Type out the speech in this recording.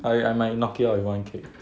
okay I might knock you out with one kick